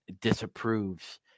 disapproves